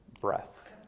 Breath